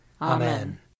Amen